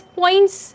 points